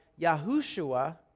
Yahushua